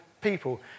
people